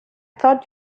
thought